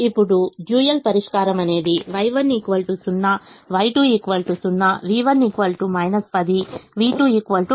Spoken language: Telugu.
ఇప్పుడుడ్యూయల్ పరిష్కారం అనేది Y1 0 Y2 0 v1 10 v2 9